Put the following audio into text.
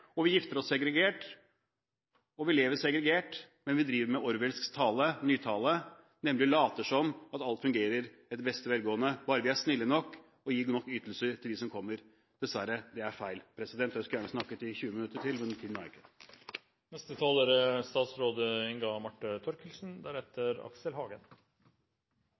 bor segregert, gifter seg segregert og lever segregert. Man driver med Orwellsk nytale og later som at alt fungerer i beste velgående, bare man er snille nok og gir nok ytelser til dem som kommer. Det er dessverre feil. Jeg skulle gjerne snakket i 20 minutter til, men